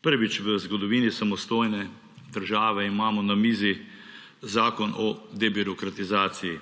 Prvič v zgodovini samostojne države imamo na mizi zakon o debirokratizaciji.